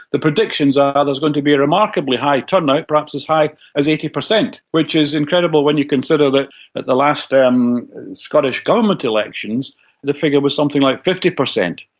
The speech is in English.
the predictions are there's going to be a remarkably high turnout, perhaps as high as eighty percent, which is incredible when you consider that at the last and scottish government elections the figure was something like fifty percent.